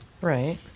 Right